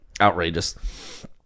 outrageous